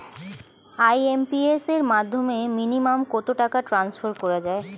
IMPS এর মাধ্যমে minimum কত টাকা ট্রান্সফার করা যায়?